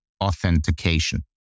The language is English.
authentication